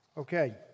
Okay